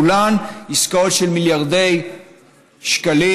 כולן עסקאות של מיליארדי שקלים,